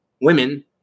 women